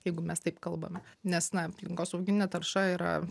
jeigu mes taip kalbame nes na aplinkosauginė tarša yra